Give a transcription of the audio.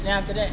then after that